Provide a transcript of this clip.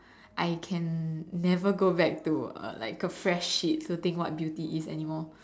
I can never go back to uh like a fresh sheet to think what beauty is anymore